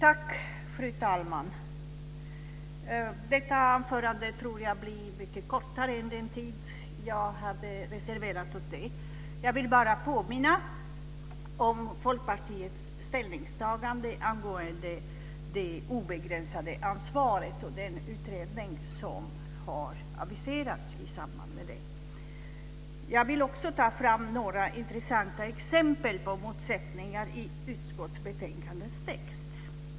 Fru talman! Jag tror att detta anförande blir mycket kortare än den tid jag hade reserverat för det. Jag vill bara påminna om Folkpartiets ställningstagande angående det obegränsade ansvaret och den utredning som har aviserats i samband med det. Jag vill också ta fram några intressanta exempel på motsättningar i utskottsbetänkandets text.